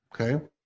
Okay